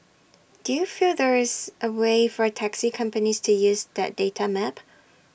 do you feel there is A way for taxi companies to use that data map